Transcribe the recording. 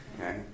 Okay